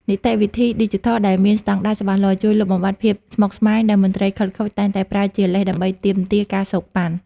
នីតិវិធីឌីជីថលដែលមានស្ដង់ដារច្បាស់លាស់ ជួយលុបបំបាត់ភាពស្មុគស្មាញដែលមន្ត្រីខិលខូចតែងតែប្រើជាលេសដើម្បីទាមទារ ការសូកប៉ាន់។